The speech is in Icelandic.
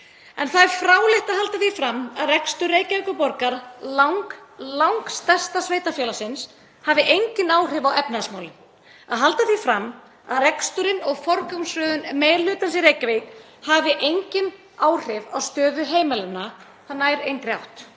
En það er fráleitt að halda því fram að rekstur Reykjavíkurborgar, lang-langstærsta sveitarfélagsins, hafi engin áhrif á efnahagsmálin. Að halda því fram að reksturinn og forgangsröðun meiri hlutans í Reykjavík, hafi engin áhrif á stöðu heimilanna nær engri átt.